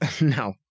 No